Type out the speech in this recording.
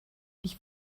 ich